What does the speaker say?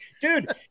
Dude